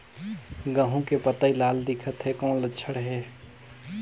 गहूं के पतई लाल दिखत हे कौन लक्षण हे?